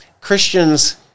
Christians